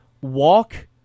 walk